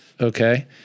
Okay